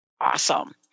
awesome